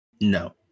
No